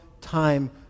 time